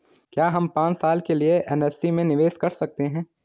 क्या हम पांच साल के लिए एन.एस.सी में निवेश कर सकते हैं?